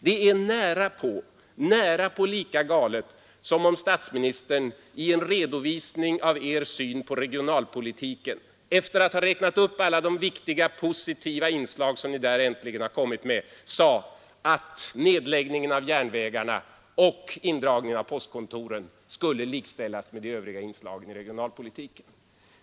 Det är nära på lika galet som om statsministern i en redovisning av er syn på regionalpolitiken efter att ha räknat upp alla de viktiga, positiva inslag, som ni där äntligen kommit med, sade att nedläggningen av järnvägarna och indragningen av postkontoren skulle likställas med de övriga inslagen i regionalpolitiken.